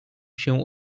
się